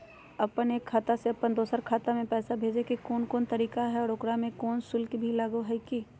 अपन एक खाता से अपन दोसर खाता में पैसा भेजे के कौन कौन तरीका है और ओकरा में कोनो शुक्ल भी लगो है की?